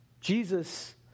Jesus